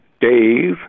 Dave